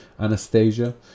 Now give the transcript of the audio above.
Anastasia